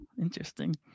interesting